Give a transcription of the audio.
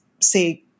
say